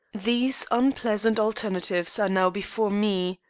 these unpleasant alternatives are now before me.